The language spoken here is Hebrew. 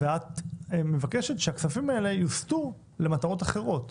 מבקשת שהכספים האלה יוסטו למטרות אחרות.